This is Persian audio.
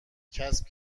کسب